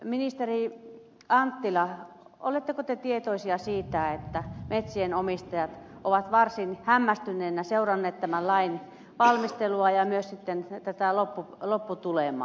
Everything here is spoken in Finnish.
ministeri anttila oletteko te tietoinen siitä että metsänomistajat ovat varsin hämmästyneinä seuranneet tämän lain valmistelua ja myös tätä lopputulemaa